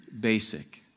basic